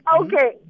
okay